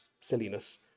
silliness